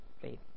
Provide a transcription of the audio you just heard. faith